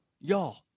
y'all